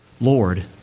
Lord